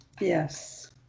Yes